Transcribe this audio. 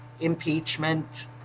impeachment